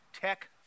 tech